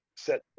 set